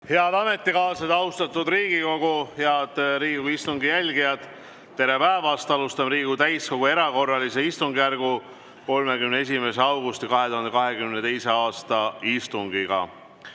Head ametikaaslased! Austatud Riigikogu! Head Riigikogu istungi jälgijad! Tere päevast! Alustame Riigikogu täiskogu erakorralise istungjärgu 31. augusti 2022. aasta istungit.